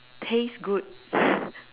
taste good